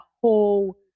whole